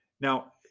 Now